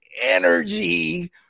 energy